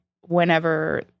whenever